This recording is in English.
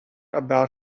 about